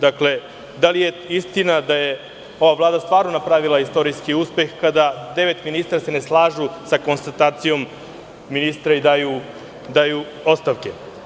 Da li je istina da je ova Vlada stvarno napravila istorijski uspeh kada se devet ministara ne slažu sa konstatacijom ministra i daju ostavke.